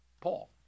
Paul